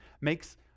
makes